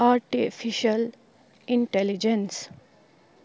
artificial intelligence